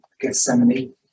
Gethsemane